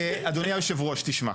אדוני יושב הראש וחברי הכנסת, תשמעו.